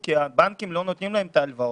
כי הבנקים לא נותנים להם את ההלוואות.